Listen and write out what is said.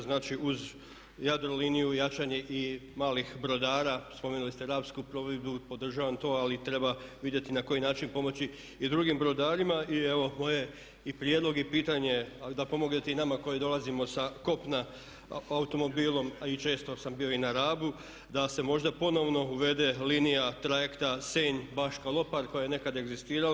Znači uz Jadroliniju jačanje i malih brodara, spomenuli ste Rapsku plovidbu, podržavam to ali treba vidjeti na koji način pomoći i drugim brodarima i evo moje i prijedlog i pitanje a da pomognete i nama koji dolazimo sa kopna automobilom a i često sam bio na Rabu da se možda ponovno uvede linija Trajekta Senj-Baška- Lopar koja je nekad egzistirala.